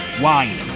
wine